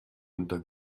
unter